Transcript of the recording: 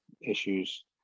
issues